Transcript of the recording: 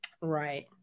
right